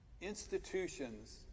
institutions